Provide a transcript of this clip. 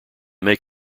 make